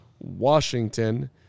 Washington